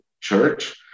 church